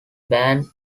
band